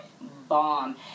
Bomb